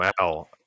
wow